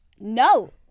No